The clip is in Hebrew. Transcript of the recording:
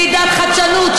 ועידת חדשנות,